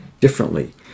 differently